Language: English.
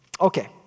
Okay